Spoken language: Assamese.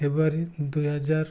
ফেব্ৰুৱাৰী দুই হেজাৰ